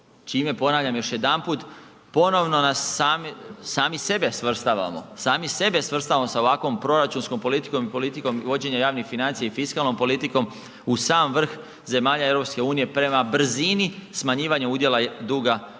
čime ponavljam još jedanput, ponovno nas, sami sebe svrstavamo, sami sebe svrstavamo sa ovakvom proračunskom politikom i politikom vođenja javnih financija i fiskalnom politikom u sam vrh zemalja EU prema brzini smanjivanja udjela duga u